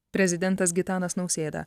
prezidentas gitanas nausėda